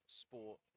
sport